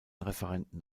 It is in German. referenten